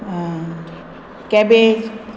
आं कॅबेज